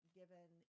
given